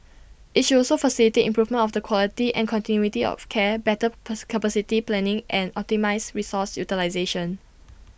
IT should also facilitate improvement of the quality and continuity of care better pass capacity planning and optimise resource utilisation